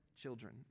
children